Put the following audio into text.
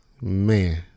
Man